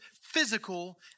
physical